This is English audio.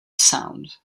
sound